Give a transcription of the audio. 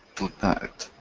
that